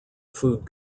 food